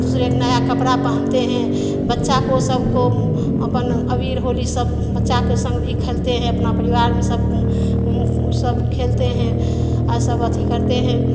दूसरे के नया कपड़ा पहनते हैं बच्चा को सबको अपन अबीर होली सब बच्चा के संग भी खेलते हैं अपना परिवार में सब सब खेलते हैं सब अथि करते हैं